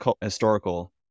historical